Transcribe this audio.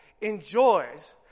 enjoys